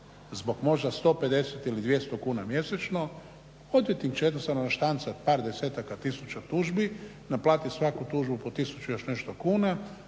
zbog možda 150 ili 200 kuna mjesečno. …/Govornik se ne razumije./… naštancat par desetaka tisuća tužbi, naplatiti svaku tužbu po 1000 i još nešto kuna,